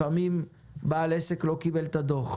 לפעמים בעל עסק לא קיבל את הדוח,